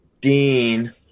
Dean –